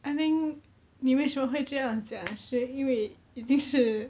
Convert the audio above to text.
I think 你为什么会这样讲是因为已经是